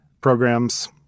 programs